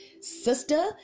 sister